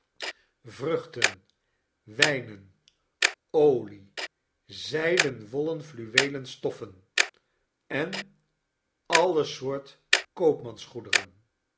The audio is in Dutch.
vruchten wijnen olie zijden wollenfluweelen stoffen en alle soort